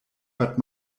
hört